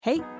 Hey